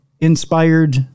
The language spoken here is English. inspired